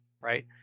right